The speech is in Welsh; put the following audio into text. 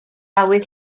awydd